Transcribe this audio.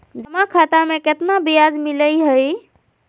जमा खाता में केतना ब्याज मिलई हई?